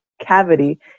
cavity